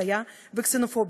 אפליה וקסנופוביה,